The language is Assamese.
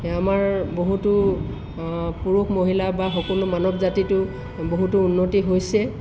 আমাৰ বহুতো পুৰুষ মহিলা বা সকলো মানৱ জাতিটো বহুতো উন্নতি হৈছে